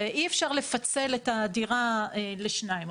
ואי אפשר לפצל את הדירה לשניים,